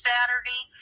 Saturday